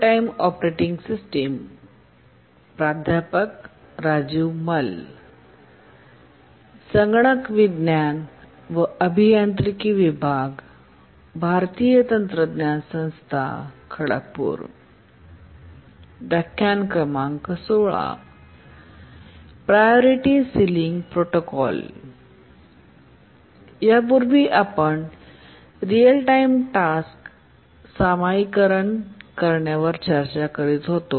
पूर्वी आपण real time task सामायिक करण्यावर चर्चा करीत होतो